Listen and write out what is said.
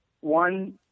One